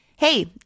Hey